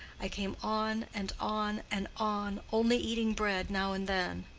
i came on, and on, and on, only eating bread now and then.